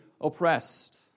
oppressed